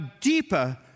deeper